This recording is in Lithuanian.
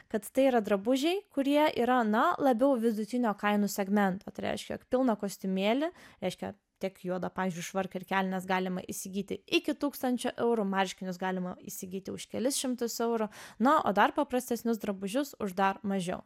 kad tai yra drabužiai kurie yra na labiau vidutinio kainų segmento tai reiškia pilną kostiumėlį reiškia tik juodą pavyzdžiui švarką ir kelnes galima įsigyti iki tūkstančio eurų marškinius galima įsigyti už kelis šimtus eurų na o dar paprastesnius drabužius už dar mažiau